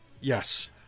yes